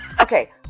okay